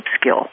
skill